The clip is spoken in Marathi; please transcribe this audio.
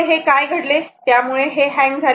इथे हे काय घडले त्यामुळे हे हँग झाले आहे